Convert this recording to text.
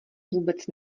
vůbec